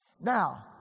Now